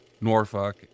Norfolk